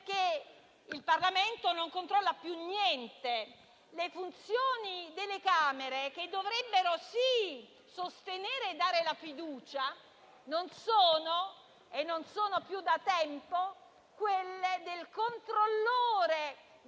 realtà il Parlamento non controlla più niente. Le funzioni delle Camere, che dovrebbero sostenere e dare la fiducia, non sono più da tempo quelle del controllore